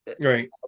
Right